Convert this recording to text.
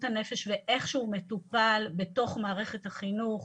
הנפש ואיך שהוא מטופל בתוך מערכת החינוך.